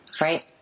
Right